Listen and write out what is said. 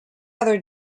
other